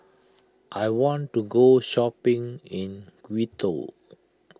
I want to go shopping in Quito